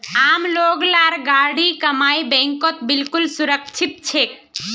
आम लोग लार गाढ़ी कमाई बैंकत बिल्कुल सुरक्षित छेक